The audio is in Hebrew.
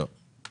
לא.